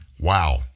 Wow